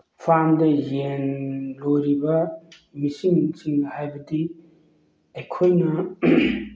ꯐꯥꯝꯗ ꯌꯦꯟ ꯂꯣꯏꯔꯤꯕ ꯃꯤꯁꯤꯡ ꯁꯤꯡ ꯍꯥꯏꯕꯗꯤ ꯑꯩꯈꯣꯏꯅ